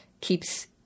keeps